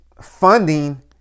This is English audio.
funding